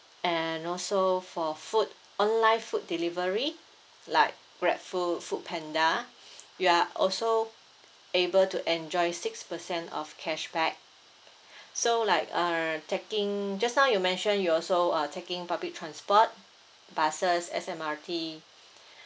and also for food online food delivery like grabfood foodpanda you are also able to enjoy six percent of cashback so like uh taking just now you mentioned you also uh taking public transport buses S_M_R_T